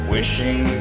Wishing